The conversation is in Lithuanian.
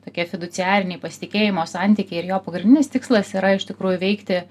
tokie fiduciariniai pasitikėjimo santykiai ir jo pagrindinis tikslas yra iš tikrųjų veikti